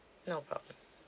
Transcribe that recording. no problem